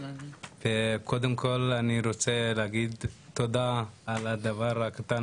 קודם כל אני מודה על הדבר הקטן